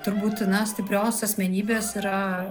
turbūt na stiprios asmenybės yra